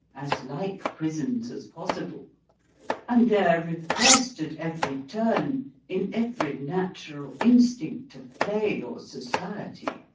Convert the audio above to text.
as like prisons as possible and they're repressed at every turn in every natural instinct of play or society.